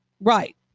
Right